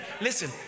listen